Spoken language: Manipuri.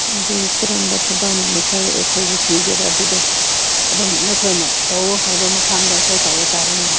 ꯑꯗꯣ ꯀꯔꯝꯕ ꯊꯕꯛꯅꯣ ꯅꯈꯣꯏꯅ ꯑꯩꯈꯣꯏꯕꯨ ꯄꯤꯒꯦꯔꯥ ꯑꯗꯨꯗ ꯑꯗꯨꯝ ꯅꯈꯣꯏꯅ ꯇꯧꯋꯣ ꯍꯥꯏꯕ ꯃꯐꯝꯗ ꯑꯩꯈꯣꯏ ꯇꯧꯕ ꯇꯥꯔꯦꯅ